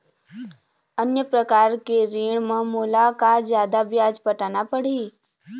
अन्य प्रकार के ऋण म मोला का जादा ब्याज पटाना पड़ही?